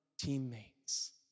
teammates